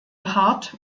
hart